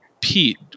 Pete